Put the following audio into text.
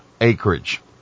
acreage